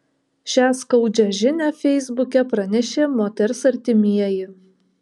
šią skaudžią žinią feisbuke pranešė moters artimieji